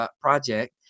project